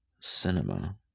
Cinema